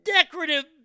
Decorative